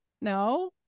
no